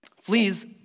Fleas